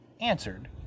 answered